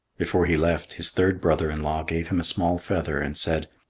before he left, his third brother-in-law gave him a small feather, and said,